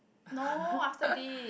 no after this